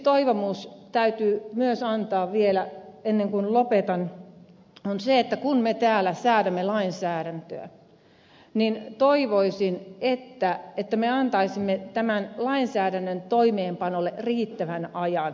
yksi toivomus täytyy myös antaa vielä ennen kuin lopetan eli se että kun me täällä säädämme lainsäädäntöä niin toivoisin että me antaisimme tämän lainsäädännön toimeenpanolle riittävän ajan